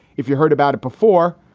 if you're heard about it before,